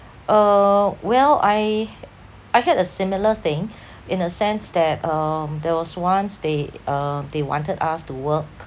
uh well I I had a similar thing in a sense that um there was once they uh they wanted us to work